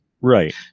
Right